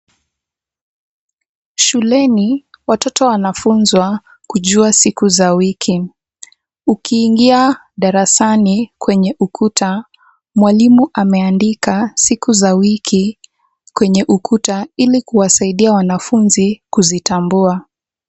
Shuleni, watoto wanafunzwa kujua siku za wiki. Ukiingia darasani kwenye ukuta, mwalimu ameandika siku za wiki kwenye ukuta, ili kuwasaidia wanafunzi kuzitambua.